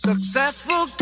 Successful